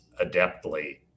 adeptly